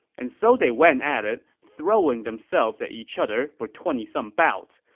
and so they went at it, throwing themselves at each other for twenty some bouts.